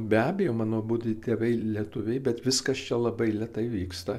be abejo mano abudu tėvai lietuviai bet viskas čia labai lėtai vyksta